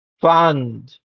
fund